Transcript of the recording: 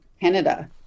Canada